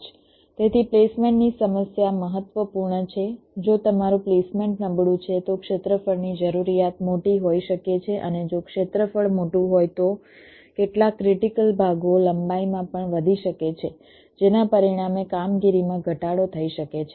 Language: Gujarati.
તેથી પ્લેસમેન્ટની સમસ્યા મહત્વપૂર્ણ છે જો તમારું પ્લેસમેન્ટ નબળું છે તો ક્ષેત્રફળની જરૂરિયાત મોટી હોઈ શકે છે અને જો ક્ષેત્રફળ મોટું હોય તો કેટલાક ક્રિટીકલ ભાગો લંબાઈમાં પણ વધી શકે છે જેના પરિણામે કામગીરીમાં ઘટાડો થઈ શકે છે